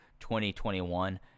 2021